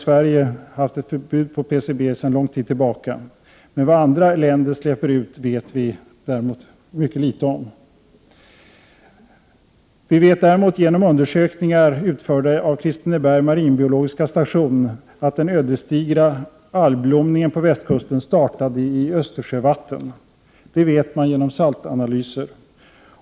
Sverige har ju haft ett förbud mot PCB sedan lång tid tillbaka. Vad andra länder släpper ut vet vi däremot mycket litet om. Vi vet däremot genom undersökningar utförda av Kristinebergs marinbiologiska station att den ödesdigra algblomningen på västkusten startade i Östersjövatten. Det har framkommit genom saltanalyser.